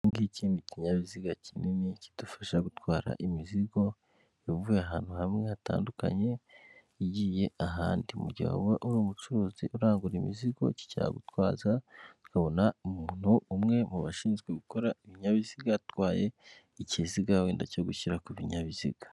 Iki ngiki ni ikinyabiziga kinini kidufasha gutwara imizigo ivuye ahantu hamwe hatandukanye igiye ahandi, mu gihe waba uri umucuruzi urangura imizigo cyagutwaza ukabona umuntu umwe mu bashinzwe gukora ibinyabiziga atwaye ikiziga wenda cyo gushyira ku binyabiziga.